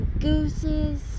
gooses